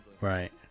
right